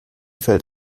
fällt